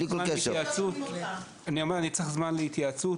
אני צריך זמן להתייעצות.